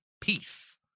peace